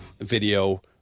video